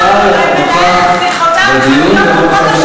כשאנחנו לא יושבים, קודם כול, יש תקנון.